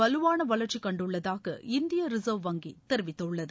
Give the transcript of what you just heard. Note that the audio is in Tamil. வலுவான வளர்ச்சி கண்டுள்ளதாக இந்திய ரிசர்வ் வங்கி தெரிவித்துள்ளது